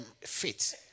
fit